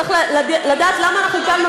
הוא צריך לדעת למה אנחנו כאן,